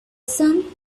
sun